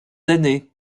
années